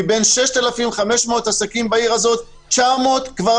מבין 6,500 עסקים בעיר הזאת, 900 כבר